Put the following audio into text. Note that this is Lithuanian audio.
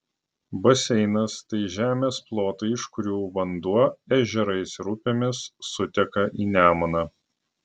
baseinas tai žemės plotai iš kurių vanduo ežerais ir upėmis suteka į nemuną